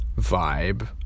vibe